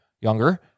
younger